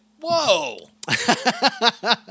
Whoa